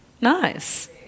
Nice